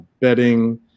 bedding